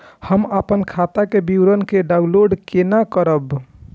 हम अपन खाता के विवरण के डाउनलोड केना करब?